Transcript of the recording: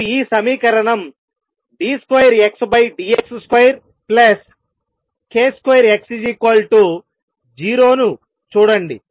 మీరు ఈ సమీకరణం d2Xdx2k2X0ను చూడండి